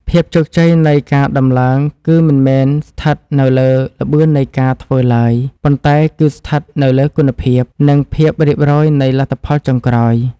ភាពជោគជ័យនៃការដំឡើងគឺមិនមែនស្ថិតនៅលើល្បឿននៃការធ្វើឡើយ ប៉ុន្តែគឺស្ថិតនៅលើគុណភាព និងភាពរៀបរយនៃលទ្ធផលចុងក្រោយ។